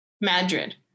Madrid